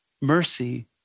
mercy